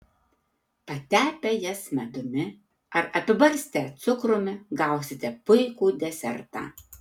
patepę jas medumi ar apibarstę cukrumi gausite puikų desertą